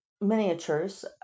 miniatures